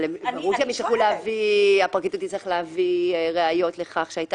אבל ברור שהפרקליטות תצטרך להביא ראיות לכך שהייתה